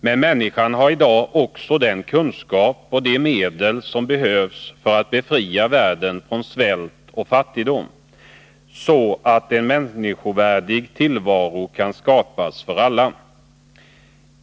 Men människan har i dag också den kunskap och de medel som behövs för att befria världen från svält och fattigdom, så att en människovärdig tillvaro kan skapas för alla.